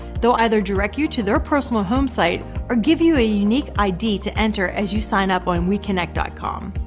they'll either direct you to their personal home site or give you a unique id to enter as you sign up on wekynect com.